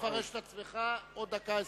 ותפרש את עצמך עוד דקה ו-22.